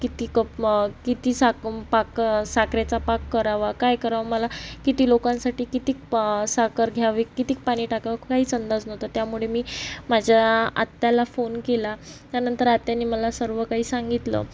किती कप मग किती साक साखरेचा पाक करावा काय करावं मला किती लोकांसाठी किती प साखर घ्यावी किती पाणी टाकावं काहीच अंदाज नव्हता त्यामुळे मी माझ्या आत्याला फोन केला त्यानंतर आत्यानी मला सर्व काही सांगितलं